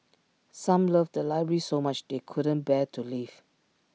some loved the library so much they couldn't bear to leave